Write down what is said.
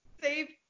Save